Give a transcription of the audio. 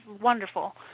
wonderful